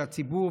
שהציבור,